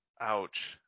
ouch